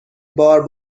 بار